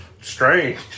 strange